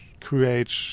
create